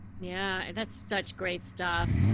yeah, and that's such great stuff.